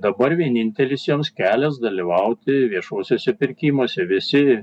dabar vienintelis joms kelias dalyvauti viešuosiuose pirkimuose visi